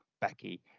Becky